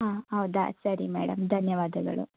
ಹಾಂ ಹೌದಾ ಸರಿ ಮೇಡಮ್ ಧನ್ಯವಾದಗಳು